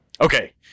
okay